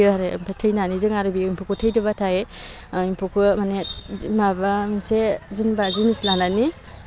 थैयो आरो ओमफ्राय थैनानै जों आरो बे एम्फौखौ थैदोंबाथाय एम्फौखौ माने माबा मोनसे जेनेबा जिनिस लानानै